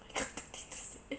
I have nothing to say